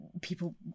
people